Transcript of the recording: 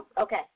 Okay